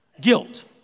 Guilt